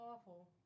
awful